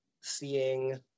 seeing